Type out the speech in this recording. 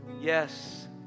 Yes